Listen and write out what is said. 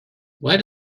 why